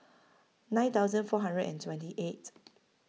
nine thousand four hundred and twenty eight